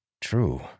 True